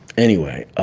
anyway